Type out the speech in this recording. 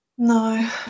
no